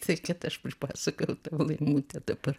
tai kad aš pripasakojau tau laimute dabar